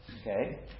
okay